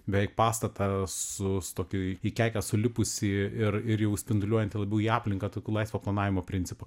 beveik pastatą su su tokiu į kekes sulipusį ir ir jau spinduliuojantį labiau į aplinką tokiu laisvo planavimo principu